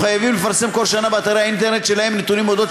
חייבים לפרסם כל שנה באתרי האינטרנט שלהם נתונים על אודות